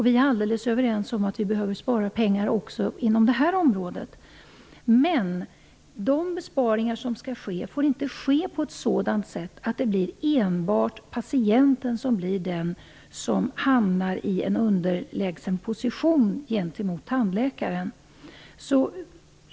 Vi är helt överens om att det behöver sparas pengar också inom detta område, men de besparingar som skall ske får inte ske på ett sådant sätt att patienten hamnar i en underlägsen position gentemot tandläkaren.